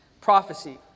prophecy